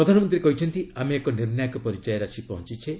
ପ୍ରଧାନମନ୍ତ୍ରୀ କହିଛନ୍ତି ଆମେ ଏକ ନିର୍ଣ୍ଣାୟକ ପର୍ଯ୍ୟାୟରେ ଆସି ପହଞ୍ଚୁଛେ